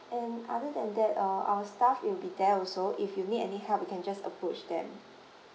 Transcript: and other than that uh our staff will be there also if you need any help you can just approach them